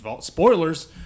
spoilers